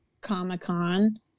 Comic-Con